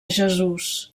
jesús